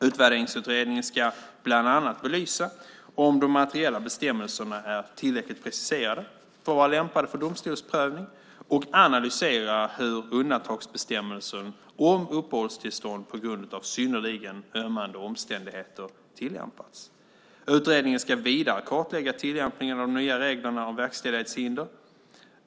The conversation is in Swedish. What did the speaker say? Utvärderingsutredningen ska bland annat belysa om de materiella bestämmelserna är tillräckligt preciserade för att vara lämpade för domstolsprövning och analysera hur undantagsbestämmelsen om uppehållstillstånd på grund av synnerligen ömmande omständigheter tillämpats. Utredningen ska vidare kartlägga tillämpningen av de nya reglerna om verkställighetshinder.